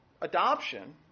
adoption